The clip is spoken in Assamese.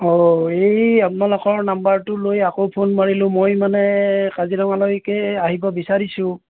অঁ এই আপোনালোকৰ নাম্বাৰটোলৈ আকৌ ফোন মাৰিলোঁ মই মানে কাজিৰঙালৈকে আহিব বিচাৰিছোঁ